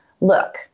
look